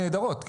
נהדרות.